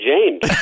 James